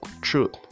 truth